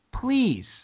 Please